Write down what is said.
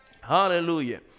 Hallelujah